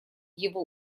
его